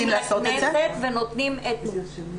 לפני כן ונותנים את נקודת המבט המגדרית.